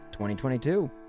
2022